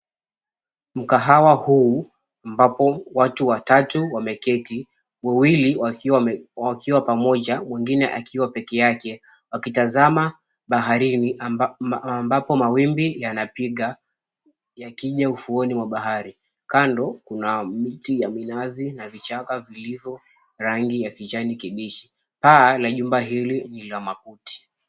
Mkahawa huu ambapo watu watatu wameketi, wawili wakiwa pamoja mwingine akiwa pekee yake akitazama baharini ambapo mawimbi yanapiga yakija ufuoni mwa bahari. Kando kuna miti ya minazi na vichaka vilivyo rangi ya kijani kibichi. Paa la jumba hili ni la makuti.